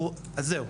אז זהו,